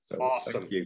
Awesome